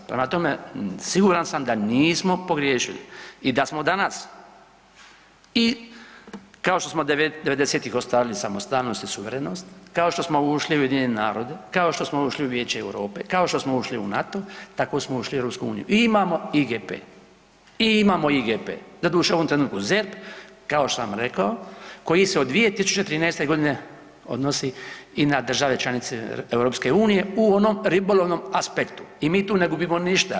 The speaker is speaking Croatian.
Prema tome, siguran sam da nismo pogriješili i da smo danas i kao što smo '90.-tih ostvarili samostalnost i suverenost, kao što smo ušli u UN, kao što smo ušli u Vijeće Europe, kao što smo ušli u NATO, tako smo ušli i u EU i imamo IGP i imamo IGP, doduše u ovom trenutku ZERP kao što sam vam rekao koji se od 2013.g. odnosi i na države članice EU u onom ribolovnom aspektu i mi tu ne gubimo ništa.